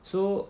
so